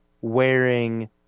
wearing